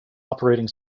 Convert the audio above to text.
operating